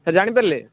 sir ଜାଣି ପାରିଲେ